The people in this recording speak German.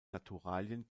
naturalien